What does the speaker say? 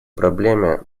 проблеме